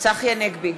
צחי הנגבי,